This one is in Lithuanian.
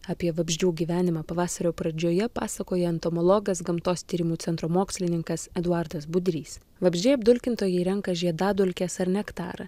apie vabzdžių gyvenimą pavasario pradžioje pasakoja entomologas gamtos tyrimų centro mokslininkas eduardas budrys vabzdžiai apdulkintojai renka žiedadulkes ar nektarą